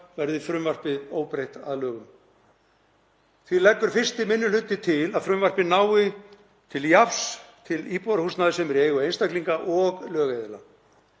verði frumvarpið óbreytt að lögum. Því leggur 1. minni hluti til að frumvarpið nái til jafns til íbúðarhúsnæðis sem sé í eigu einstaklinga og lögaðila.